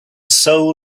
soul